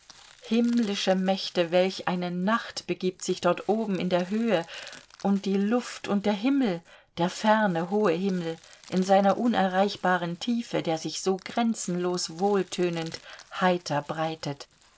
himmlische mächte welch eine nacht begibt sich dort oben in der höhe und die luft und der himmel der ferne hohe himmel in seiner unerreichbaren tiefe der sich so grenzenlos wohltönend und heiter breitet